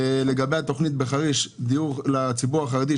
לגבי התוכנית בחריש לציבור החרדי,